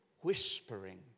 whispering